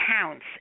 counts